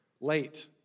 late